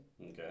Okay